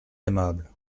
aimable